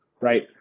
right